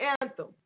anthem